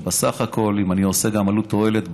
שבסך הכול, אם נעשה עלות תועלת,